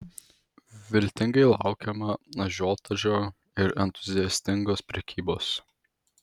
viltingai laukiama ažiotažo ir entuziastingos prekybos